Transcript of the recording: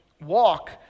Walk